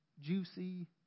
Juicy